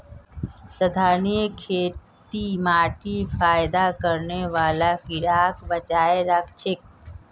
संधारणीय खेती माटीत फयदा करने बाला कीड़ाक बचाए राखछेक